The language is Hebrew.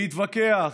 להתווכח,